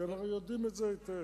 אנחנו יודעים את זה היטב,